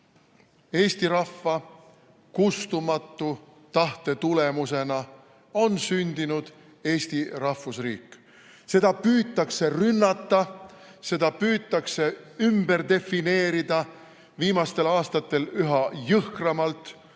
Eesti rahva kustumatu tahte tulemusena on sündinud Eesti rahvusriik ja seda püütakse rünnata, seda püütakse ümber defineerida. Ning viimastel aastatel üha jõhkramalt,